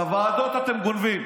את הוועדות אתם גונבים.